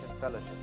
Fellowship